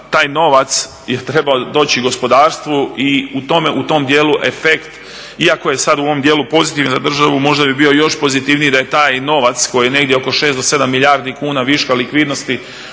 taj novac je trebao doći gospodarstvu i u tom dijelu efekt iako je sad u ovom dijelu pozitivan za državu možda bi bio još pozitivniji da je taj novac koji je negdje oko 6-7 milijardi kuna viška likvidnosti.